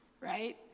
right